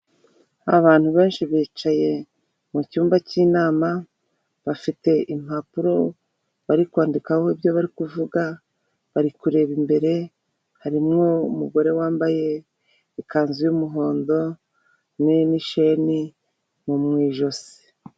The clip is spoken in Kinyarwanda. Abantu benshi bicaye mu cyumba cy'inama, bafite impapuro bari kwandikaho ibyo bari kuvuga, bari kureba imbere, harimo umugore wambaye ikanzu y'umuhondo na ni sheni mu mu ijosi.